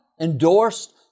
endorsed